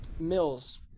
Mills